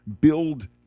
build